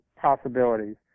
possibilities